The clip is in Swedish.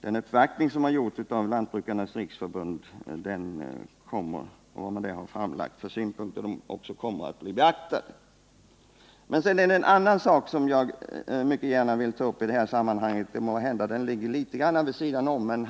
den uppvaktning som gjorts av Lantbrukernas riksförbund och de synpunkter som därvid anförts kommer att beaktas. Det finns en annan sak som jag mycket gärna vill ta upp i sammanhanget. Måhända ligger den litet grand vid sidan om, men ändå.